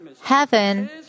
heaven